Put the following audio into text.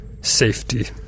safety